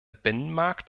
binnenmarkt